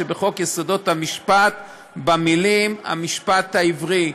שבחוק יסודות המשפט במילים 'המשפט העברי'".